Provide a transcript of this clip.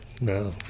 no